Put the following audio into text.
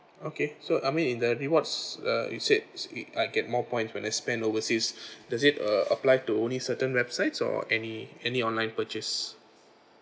okay so I mean in the rewards uh is it is it I get more points when I spend overseas does it uh apply to only certain websites or any any online purchase